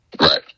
Right